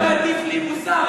במקום להטיף לי מוסר,